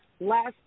Last